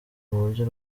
buryo